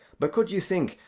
but could you think,